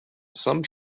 some